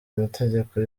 amategeko